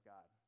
God